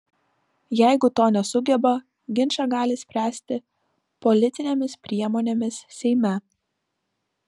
jeigu to nesugeba ginčą gali spręsti politinėmis priemonėmis seime